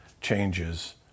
changes